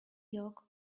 york